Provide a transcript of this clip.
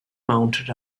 mounted